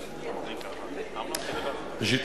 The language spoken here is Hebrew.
ראשית,